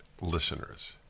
listeners